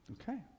Okay